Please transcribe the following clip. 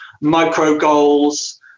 micro-goals